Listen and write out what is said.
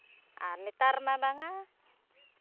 ᱟᱨ ᱱᱮᱛᱟᱨ ᱢᱟ ᱵᱟᱝᱼᱟ